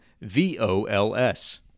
V-O-L-S